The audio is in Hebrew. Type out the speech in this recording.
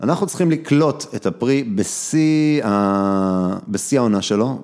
אנחנו צריכים לקלוט את הפרי בשיא העונה שלו.